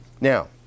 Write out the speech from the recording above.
Now